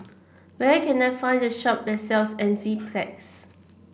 where can I find a shop that sells Enzyplex